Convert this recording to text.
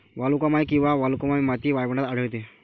वालुकामय किंवा वालुकामय माती वाळवंटात आढळते